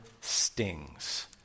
stings